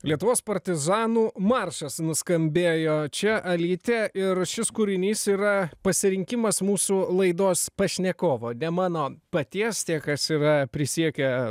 lietuvos partizanų maršas nuskambėjo čia alytė ir šis kūrinys yra pasirinkimas mūsų laidos pašnekovo ne mano paties tie kas yra prisiekę